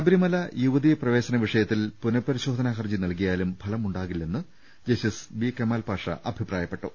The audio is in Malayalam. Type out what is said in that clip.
ശബരിമല യുവതി പ്രവേശന വിഷയത്തിൽ പുനഃപരിശോധനാ ഹർജി നൽകിയാലും ഫലമുണ്ടാ കില്ലെന്ന് ജസ്റ്റിസ് ബി കമാൽപാഷ അഭിപ്രായപ്പെട്ടു